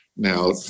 Now